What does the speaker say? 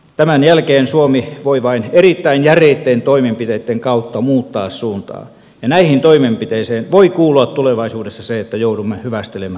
tämän jälkeen suomi voi vain erittäin järeitten toimenpiteitten kautta muuttaa suuntaa ja näihin toimenpiteisiin voi kuulua tulevaisuudessa se että joudumme hyvästelemään euron